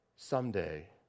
Someday